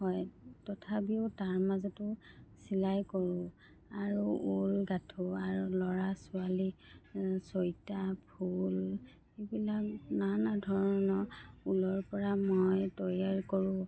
হয় তথাপিও তাৰ মাজতো চিলাই কৰোঁ আৰু ঊল গাঁঠোঁ আৰু ল'ৰা ছোৱালী ছৈতা ফুল এইবিলাক নানা ধৰণৰ ঊলৰ পৰা মই তৈয়াৰ কৰোঁ